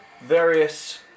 various